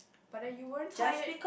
but then you weren't tired